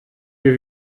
wir